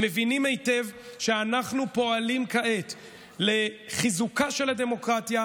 הם מבינים היטב שאנחנו פועלים כעת לחיזוקה של הדמוקרטיה,